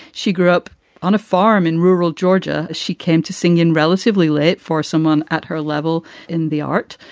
she grew up on a farm in rural georgia. she came to sing in relatively late for someone at her level in the art,